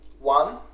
one